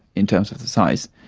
in terms of the size.